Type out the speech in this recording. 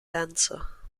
dancer